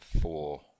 Four